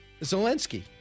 Zelensky